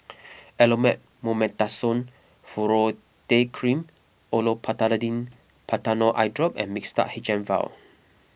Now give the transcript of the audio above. Elomet Mometasone Furoate Cream Olopatadine Patanol Eyedrop and Mixtard H M Vial